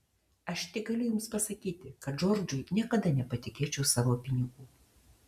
aš tik galiu jums pasakyti kad džordžui niekada nepatikėčiau savo pinigų